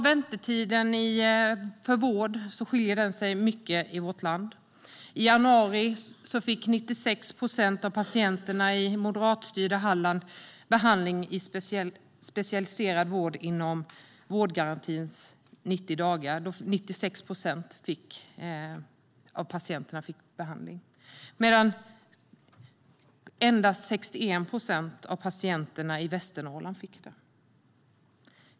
Väntetiden för vård skiljer sig mycket i vårt land. I januari fick 96 procent av patienterna i moderatstyrda Halland behandling i specialiserad vård inom vårdgarantins 90 dagar, medan endast 61 procent av patienterna i Västernorrland fick det.